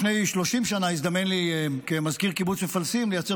לפני 30 שנה הזדמן לי כמזכיר קיבוץ מפלסים לייצר